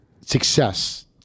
success